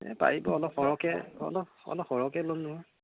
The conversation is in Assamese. এই পাৰিব অলপ সৰহকৈ অলপ অলপ সৰহকৈ ল'ম নহয়